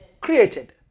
Created